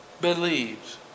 believes